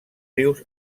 rius